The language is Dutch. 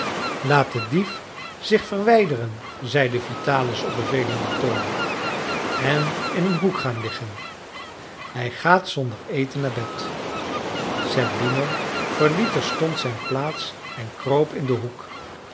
de dief zich verwijderen zeide vitalis op bevelenden toon en in een hoek gaan liggen hij gaat zonder eten naar bed zerbino verliet terstond zijn plaats en kroop in den hoek